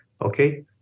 okay